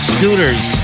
Scooters